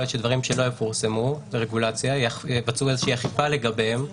להיות שדברים שלא יפורסמו ברגולציה ויבצעו איזו אכיפה לגביהם,